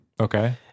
Okay